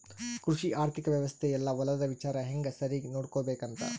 ಕೃಷಿ ಆರ್ಥಿಕ ವ್ಯವಸ್ತೆ ಯೆಲ್ಲ ಹೊಲದ ವಿಚಾರ ಹೆಂಗ ಸರಿಗ ನೋಡ್ಕೊಬೇಕ್ ಅಂತ